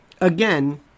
again